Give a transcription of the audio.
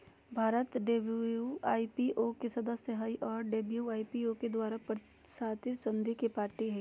Bharat WIPO के सदस्य हइ और डब्ल्यू.आई.पी.ओ द्वारा प्रशासित संधि के पार्टी हइ